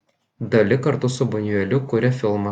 dali kartu su bunjueliu kuria filmą